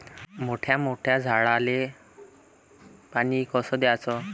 मोठ्या मोठ्या झाडांले पानी कस द्याचं?